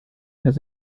has